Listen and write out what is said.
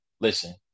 Listen